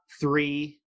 three